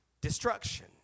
destruction